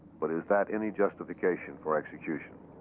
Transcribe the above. but is that any justification for execution?